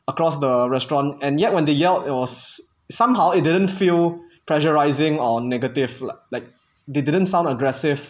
across the restaurant and yet when they yelled it was somehow it didn't feel pressurizing or negative lah like they didn't sound aggressive